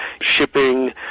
shipping